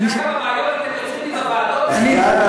אתם יודעים כמה בעיות אתם יוצרים בוועדות האלה?